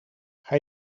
hij